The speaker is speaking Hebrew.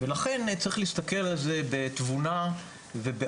ולכן צריך להסתכל על זה בתבונה ובעומק,